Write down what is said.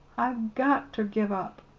i've got ter give up.